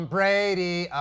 Brady